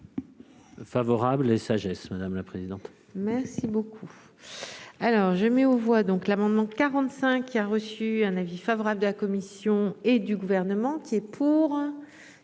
Favorable et sagesse, madame le président. Merci beaucoup. Alors je mets aux voix donc l'amendement quarante-cinq, qui a reçu un avis favorable de la commission et du gouvernement. C'est pour